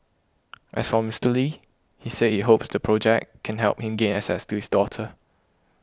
as for Mister Lee he said he hopes the project can help him gain access to his daughter